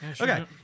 Okay